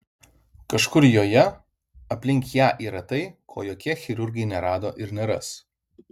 kažkur joje aplink ją yra tai ko jokie chirurgai nerado ir neras